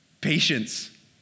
patience